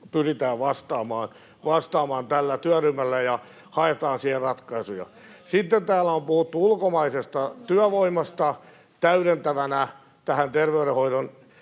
pyritään vastaamaan tällä työryhmällä ja haetaan siihen ratkaisuja. Sitten täällä on puhuttu ulkomaisesta työvoimasta täydentävänä tähän terveydenhoidon